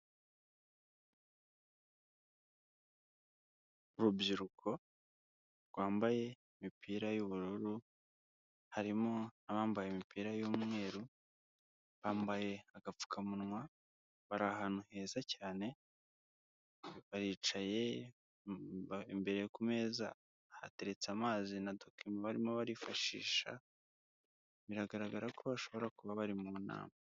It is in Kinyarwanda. Urubyiruko rwambaye imipira y'ubururu harimo. abambaye imipira y'umweru bambaye agapfukamunwa bari ahantu heza cyane baricaye imbere kumezaeza hateretse amazi na dokima barimo barifashisha biragaragara ko bashobora kuba bari mu nama.